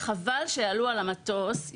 חבל שיעלו על המטוס.